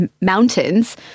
mountains